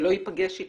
שלא ייפגש איתם.